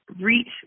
Reach